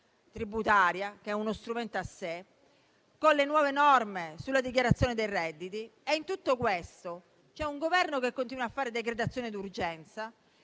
tributaria, che è uno strumento a sé, e con le nuove norme sulla dichiarazione dei redditi. In tutto questo, il Governo continua a fare decretazione d'urgenza e